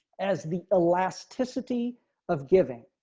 as the elastic city of giving.